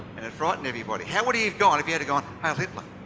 and it freightened everybody. how would he have gone if he had gone heil hitler?